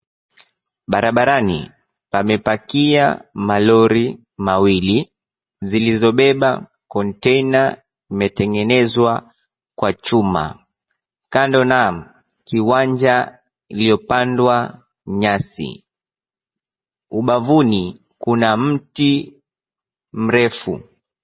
Barabarani, pamepakia malori mawili. Zilizo beba konteina zimetengenezwa kwa chuma. Kando naaam kiwanja iliyopandwa nyasi. Ubavuni kuna mti mrefu.